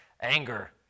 Anger